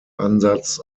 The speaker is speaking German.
ansatz